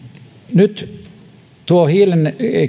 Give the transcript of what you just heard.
nyt hiilen